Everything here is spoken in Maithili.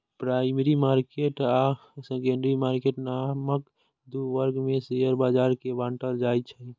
प्राइमरी मार्केट आ सेकेंडरी मार्केट नामक दू वर्ग मे शेयर बाजार कें बांटल जाइ छै